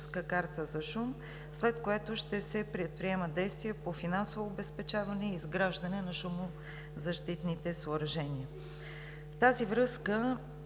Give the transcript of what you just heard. В тази връзка